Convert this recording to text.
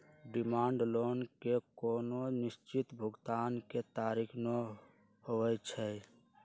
demand loan के कोनो निश्चित भुगतान के तारिख न होइ छइ